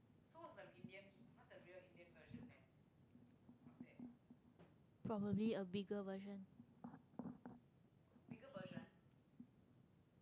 probably a bigger version